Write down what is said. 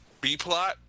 B-plot